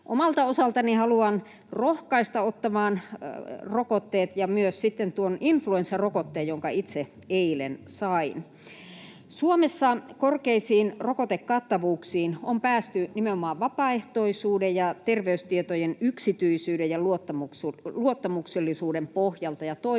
omalta osaltani haluan rohkaista ottamaan rokotteet ja myös influenssarokotteen, jonka itse eilen sain. Suomessa korkeisiin rokotekattavuuksiin on päästy nimenomaan vapaaehtoisuuden ja terveystietojen yksityisyyden ja luottamuksellisuuden pohjalta, ja toivon, että